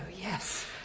yes